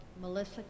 Melissa